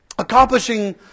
Accomplishing